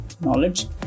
knowledge